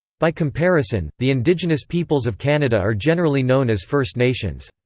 by comparison, the indigenous peoples of canada are generally known as first nations.